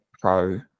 pro